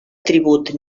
tribut